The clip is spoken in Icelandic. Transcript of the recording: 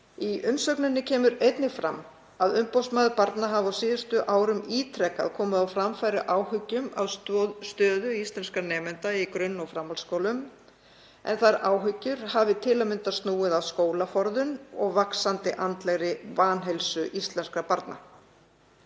Í umsögninni kemur einnig fram að umboðsmaður barna hafi á síðustu árum ítrekað komið á framfæri áhyggjum af stöðu íslenskra nemenda í grunn- og framhaldsskólum, en þær áhyggjur hafi til að mynda snúið að skólaforðun og vaxandi andlegri vanheilsu íslenskra barna.